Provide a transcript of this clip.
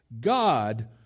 God